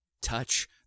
touch